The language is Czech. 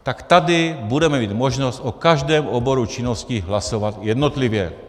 Tak tady budeme mít možnost o každém oboru činnosti hlasovat jednotlivě.